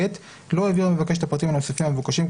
(ב)לא העביר המבקש את הפרטים הנוספים המבוקשים,